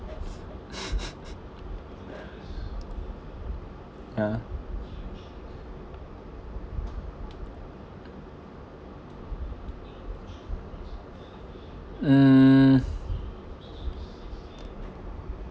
ya mm